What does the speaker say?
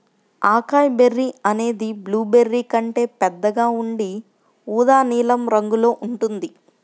acai berry అనేది blueberry కంటే పెద్దగా ఉండి ఊదా నీలం రంగులో ఉంటుంది